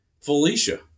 Felicia